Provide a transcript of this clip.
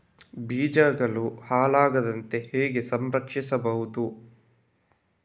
ಬೀಜಗಳು ಹಾಳಾಗದಂತೆ ಹೇಗೆ ಸಂರಕ್ಷಿಸಬಹುದು?